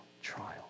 trial